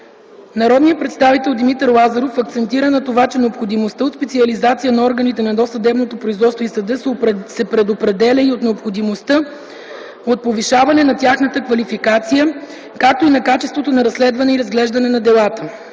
Народният представител Димитър Лазаров акцентира на това, че необходимостта от специализация на органите на досъдебното производство и съда се предопределя и от необходимостта от повишаване на тяхната квалификация, както и на качеството на разследване и разглеждане на делата.